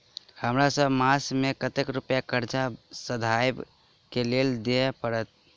हमरा सब मास मे कतेक रुपया कर्जा सधाबई केँ लेल दइ पड़त?